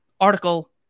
Article